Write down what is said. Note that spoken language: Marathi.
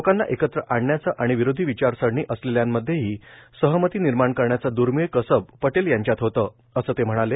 लोकांना एकत्र आणण्याचं आणि विरोधी विचारसरणी असलेल्यांमध्येही सहमती निर्माण करण्याचं दुर्मीळ कसब पटेल यांच्यात होतं असं ते म्हणाले